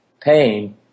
pain